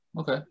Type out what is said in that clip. okay